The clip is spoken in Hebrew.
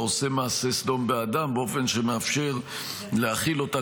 "העושה מעשה סדום באדם" באופן שמאפשר להחיל אותה